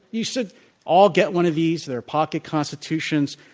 you should all get one of these. they're pocket constitutions.